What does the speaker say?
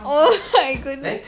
oh my goodness